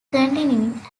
continuing